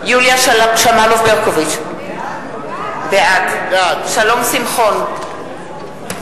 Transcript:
שמאלוב-ברקוביץ, בעד שלום שמחון,